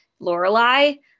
Lorelai